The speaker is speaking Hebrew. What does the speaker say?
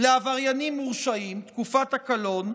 לעבריינים מורשעים, תקופת הקלון,